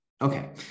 Okay